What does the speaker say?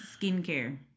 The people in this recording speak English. skincare